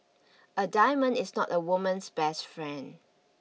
a diamond is not a woman's best friend